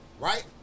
right